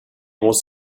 was